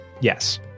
yes